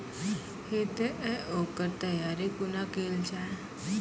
हेतै तअ ओकर तैयारी कुना केल जाय?